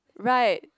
right